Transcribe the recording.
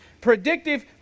predictive